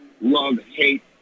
love-hate